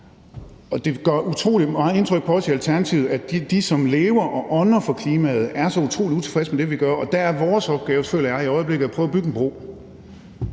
utrolig meget indtryk på os i Alternativet, at de, som lever og ånder for klimaet, er så utrolig utilfredse med det, vi gør. Og der er vores opgave, føler jeg i øjeblikket, at prøve at bygge en bro,